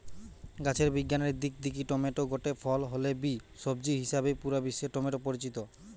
গাছের বিজ্ঞানের দিক দিকি টমেটো গটে ফল হলে বি, সবজি হিসাবেই পুরা বিশ্বে টমেটো পরিচিত